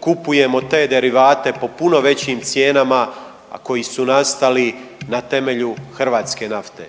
kupujemo te derivate po puno većim cijenama a koji su nastali na temelju hrvatske nafte.